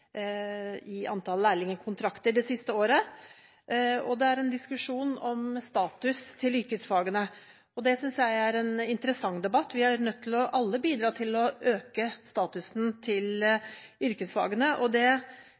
antall lærlingkontrakter det siste året, og det er en diskusjon om status til yrkesfagene, og det synes jeg er en interessant debatt. Vi er alle nødt til å bidra til å øke statusen til yrkesfagene,